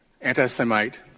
anti-Semite